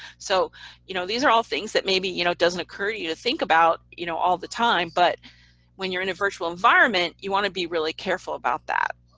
so you know these are all things that maybe you know it doesn't occur to you to think about you know all the time, but when you're in a virtual environment, you want to be really careful about that.